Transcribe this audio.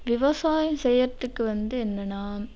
விவசாயம் செய்யறதுக்கு வந்து என்னன்னா